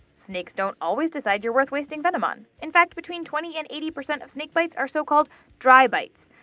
snakes don't always decide you're worth wasting venom on. in fact, between twenty and eighty percent of snake bites are so-called dry bites,